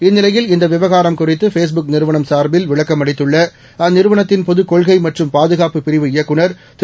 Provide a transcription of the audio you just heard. இந்நிலையில் இந்த விவகாரம் குறித்து ஃபேஸ்புக் நிறுவனம் சார்பில் விளக்கமளித்துள்ள அந்நிறுவனத்தின் பொதுக் கொள்கை மற்றும் பாதுகாப்புப் பிரிவு இயக்குனர் திரு